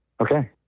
Okay